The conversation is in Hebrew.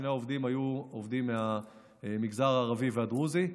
שני העובדים היו עובדים מהמגזר הערבי והדרוזי.